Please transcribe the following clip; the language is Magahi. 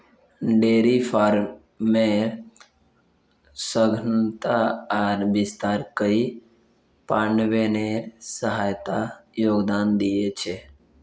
डेयरी फार्मेर सघनता आर विस्तार कई पर्यावरनेर समस्यात योगदान दिया छे